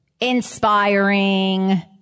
inspiring